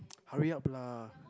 hurry up lah